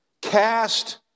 Cast